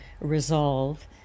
resolve